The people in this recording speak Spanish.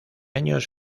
años